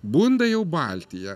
bunda jau baltija